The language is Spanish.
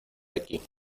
aquí